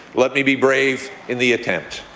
let me be brave in the attempt.